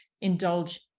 indulge